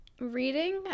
reading